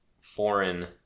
foreign